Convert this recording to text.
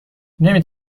نمی